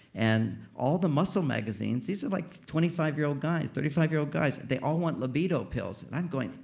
and all the muscle magazines, these are like twenty five year old guys, thirty five year old guys, they all want libido pills. and i'm going,